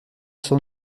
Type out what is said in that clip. son